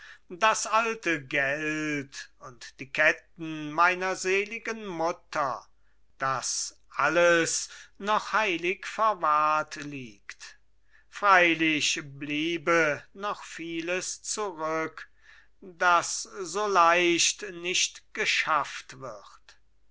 das alte geld und die ketten meiner seligen mutter das alles noch heilig verwahrt liegt freilich bliebe noch vieles zurück das so leicht nicht geschafft wird